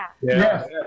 Yes